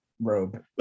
robe